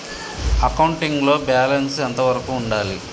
Accounting లో balance ఎంత వరకు ఉండాలి?